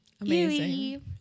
Amazing